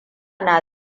na